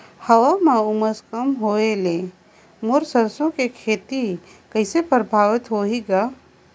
हवा म उमस कम होए ले मोर सरसो के खेती कइसे प्रभावित होही ग?